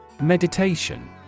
Meditation